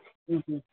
ಹ್ಞೂ ಹ್ಞೂ